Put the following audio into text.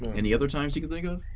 any other times you can think of?